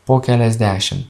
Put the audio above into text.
po keliasdešim